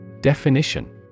Definition